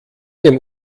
dem